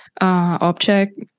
object